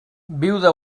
viuda